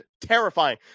terrifying